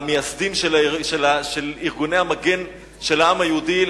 מהמייסדים של ארגוני המגן של העם היהודי,